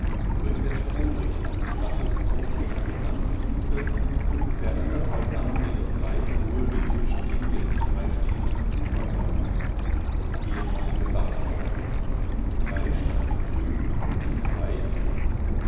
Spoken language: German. nur in der stromrichtung des baches zog sich eine mannstiefe ungefähr anderthalb armlängen breite mulde zwischen jetzt freistehenden uferbäumen hin das ehemalige bachbett drei standen drüben und zwei hüben